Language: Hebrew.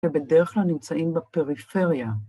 ‫ובדרך כלל נמצאים בפריפריה.